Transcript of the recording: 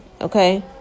Okay